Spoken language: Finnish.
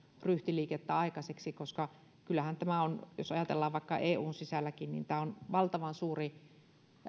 ryhtiliikettä aikaiseksi koska kyllähän tämä on jos ajatellaan vaikka eun sisälläkin valtavan suuri